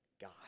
God